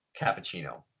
cappuccino